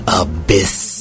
abyss